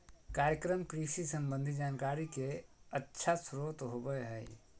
कार्यक्रम कृषि संबंधी जानकारी के अच्छा स्रोत होबय हइ